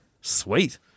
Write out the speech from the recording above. Sweet